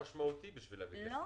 משמעותי בשביל להביא כסף מן האוצר.